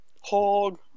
Hog